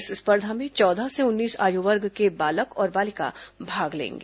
इस स्पर्धा में चौदह से उन्नीस आयु वर्ग के बालक और बालिका भाग लेंगे